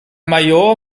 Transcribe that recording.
major